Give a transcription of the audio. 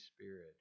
Spirit